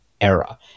era